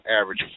average